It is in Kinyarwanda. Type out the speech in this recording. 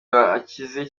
bakize